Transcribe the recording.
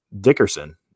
Dickerson